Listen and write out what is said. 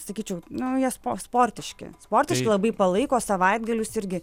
sakyčiau nu jie spo sportiški sportiški labai palaiko savaitgalius irgi